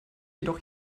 jedoch